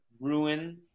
ruin